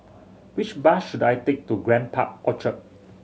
which bus should I take to Grand Park Orchard